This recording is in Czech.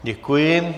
Děkuji.